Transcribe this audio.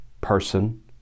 person